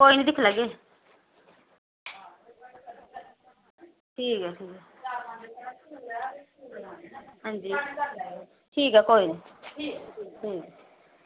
कोई नी दिक्खी लैग्गे ठीक ऐ ठीक ऐ हां जी ठीक ऐ कोई नी